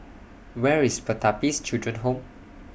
Where IS Pertapis Children Home